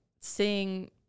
seeing